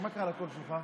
שמעתי על הקול שלך.